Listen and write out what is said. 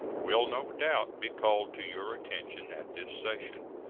will no doubt be called to your attention at this session.